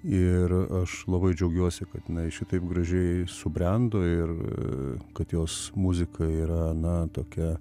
ir aš labai džiaugiuosi kad jinai šitaip gražiai subrendo ir kad jos muzika yra na tokia